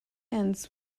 ends